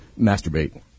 Masturbate